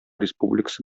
республикасы